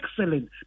excellent